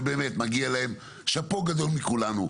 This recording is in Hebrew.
ובאמת מגיע להם שאפו גדול מכולנו,